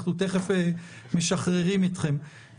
אנחנו כמובן מבינים את זה כפי